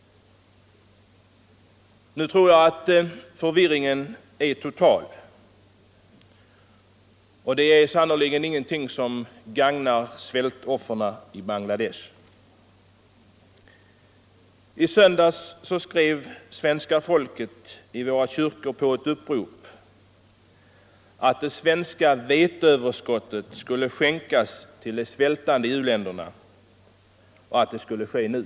Nu tror jag att förvirringen är total — och det är sannerligen ingenting som gagnar svältoffren i Bangladesh. I söndags skrev svenska folket i våra kyrkor på ett upprop att det svenska veteöverskottet skulle skänkas till de svältande i u-länderna och att det skulle ske nu.